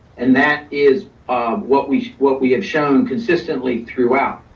and that is what we what we have shown consistently throughout.